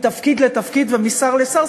מתפקיד לתפקיד ומשר לשר,